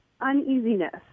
uneasiness